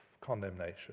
condemnation